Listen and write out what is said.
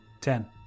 Ten